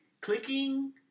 clicking